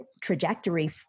trajectory